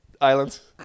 Islands